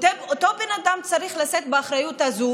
אותו בן אדם צריך לשאת באחריות הזו